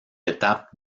étape